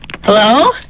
Hello